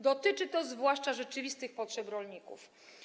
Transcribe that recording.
Dotyczy to zwłaszcza rzeczywistych potrzeb rolników.